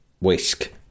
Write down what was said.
whisk